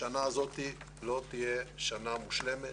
השנה הזאת לא תהיה שנה מושלמת,